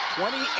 twenty